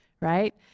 right